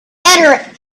better